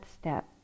step